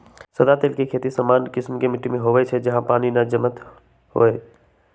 सदा तेल के खेती सामान्य सब कीशिम के माटि में होइ छइ जहा पानी न जमैत होय